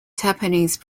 japanese